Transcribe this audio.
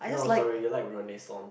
no sorry you like Renaissance